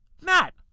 Matt